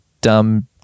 dumb